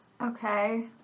Okay